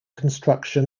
construction